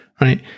right